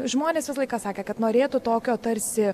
žmonės visą laiką sakė kad norėtų tokio tarsi